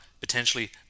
potentially